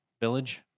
Village